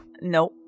Nope